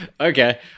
Okay